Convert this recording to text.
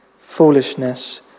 foolishness